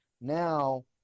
now